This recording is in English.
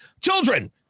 children